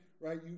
right